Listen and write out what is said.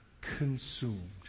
consumed